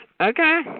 Okay